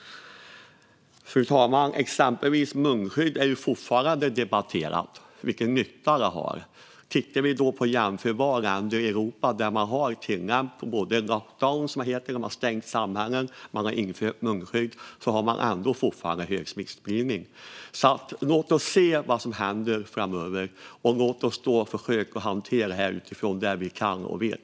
Fru talman! Vad gäller exempelvis munskydd är det ju fortfarande debatterat vilken nytta de gör. Tittar vi på jämförbara länder i Europa där man både har tillämpat lockdown, alltså helt har stängt samhällen, och infört munskydd ser vi att man ändå fortfarande har hög smittspridning. Låt oss se vad som händer framöver, fru talman, och låt oss då försöka hantera det här utifrån det vi kan och vet.